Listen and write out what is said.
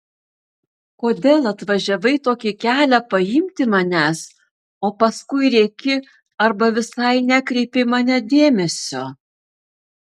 kodėl atvažiavai tokį kelią paimti manęs o paskui rėki arba visai nekreipi į mane dėmesio